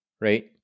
right